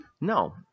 no